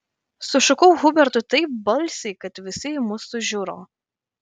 sušukau hubertui taip balsiai kad visi į mus sužiuro